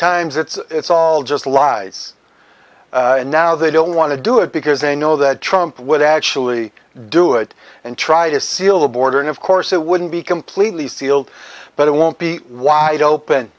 times it's all just lies and now they don't want to do it because they know that trump would actually do it and try to seal the border and of course it wouldn't be completely sealed but it won't be wide open